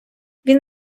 він